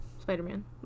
spider-man